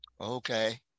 Okay